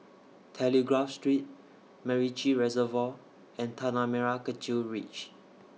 Telegraph Street Macritchie Reservoir and Tanah Merah Kechil Ridge